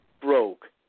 broke